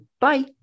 Bye